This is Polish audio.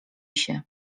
się